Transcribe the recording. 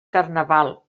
carnaval